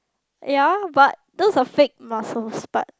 ya but those are fake muscles but